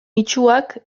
itsuak